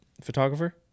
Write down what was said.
photographer